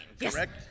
correct